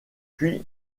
puis